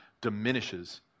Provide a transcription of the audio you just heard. diminishes